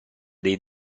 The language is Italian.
dei